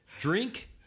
Drink